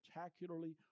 spectacularly